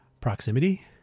proximity